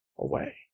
away